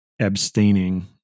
abstaining